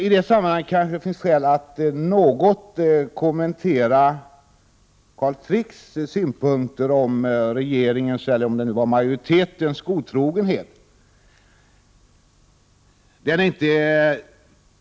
I detta sammanhang finns det skäl att något kommentera Carl Fricks synpunkter på regeringens, eller om det var utskottsmajoritetens, godtrogenhet.